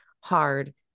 hard